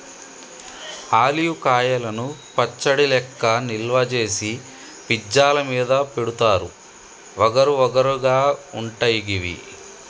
olive కాయలను పచ్చడి లెక్క నిల్వ చేసి పిజ్జా ల మీద పెడుతారు వగరు వగరు గా ఉంటయి గివి